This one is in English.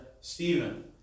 Stephen